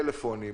טלפונים,